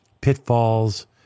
pitfalls